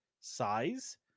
size